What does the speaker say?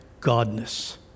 Godness